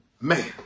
man